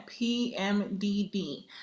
PMDD